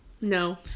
No